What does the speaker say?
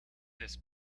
this